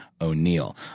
O'Neill